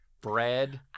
bread